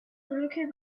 brücke